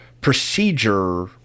procedure